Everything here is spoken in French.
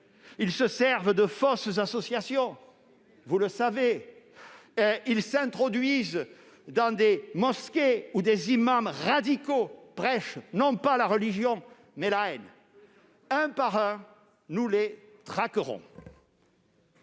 qui se servent de fausses associations et qui s'introduisent dans des mosquées où des imams radicaux prêchent, non pas la religion, mais la haine. Un par un, nous les traquerons